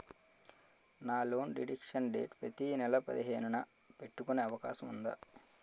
నా loan deduction date ప్రతి నెల పదిహేను న పెట్టుకునే అవకాశం ఉందా?